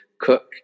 cook